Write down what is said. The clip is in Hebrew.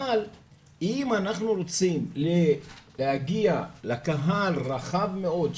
אבל אם אנחנו רוצים להגיע לקהל רחב מאוד,